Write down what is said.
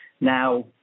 Now